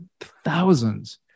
thousands